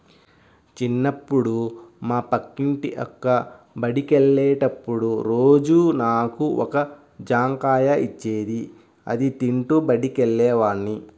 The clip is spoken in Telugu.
చిన్నప్పుడు మా పక్కింటి అక్క బడికెళ్ళేటప్పుడు రోజూ నాకు ఒక జాంకాయ ఇచ్చేది, అది తింటూ బడికెళ్ళేవాడ్ని